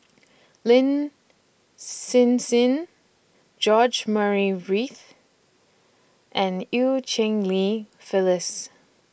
Lin Hsin Hsin George Murray Reith and EU Cheng Li Phyllis